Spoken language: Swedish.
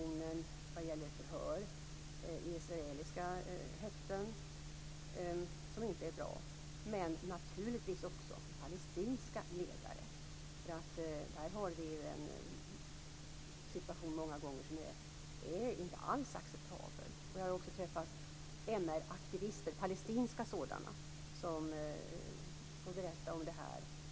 Där kan vi åstadkomma ganska mycket inom EU, särskilt när EU nu officiellt säger att man vill stärka positionerna i Mellanöstern.